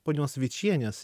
ponios vičienės